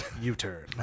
U-turn